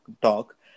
talk